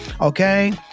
okay